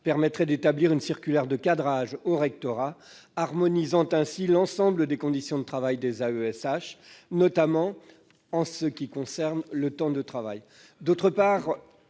permettrait d'établir une circulaire de cadrage aux rectorats, harmonisant l'ensemble des conditions de travail des AESH, notamment s'agissant du temps de travail.